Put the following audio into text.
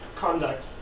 conduct